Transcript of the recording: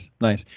nice